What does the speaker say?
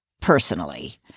personally